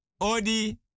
Odi